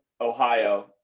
Ohio